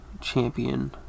Champion